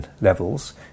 levels